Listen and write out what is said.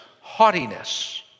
haughtiness